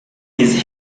his